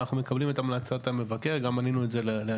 אנחנו מקבלים את המלצת המבקר וכך גם ענינו לנציגיו.